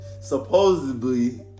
supposedly